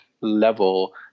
level